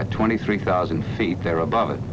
at twenty three thousand feet they're above it